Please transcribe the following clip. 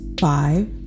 Five